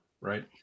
Right